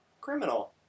criminal